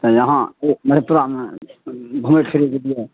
तऽ इहाँ मधेपुरामे भोर खनि जे